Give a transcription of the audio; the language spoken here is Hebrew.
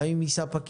אבל כמובן,